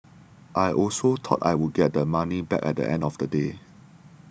I also thought I would get the money back at the end of the day